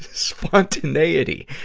spontaneity,